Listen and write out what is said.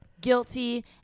guilty